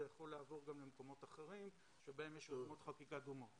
זה יכול לעבור גם למקומות אחרים בהם יש יוזמות חקיקה דומות.